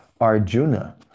Arjuna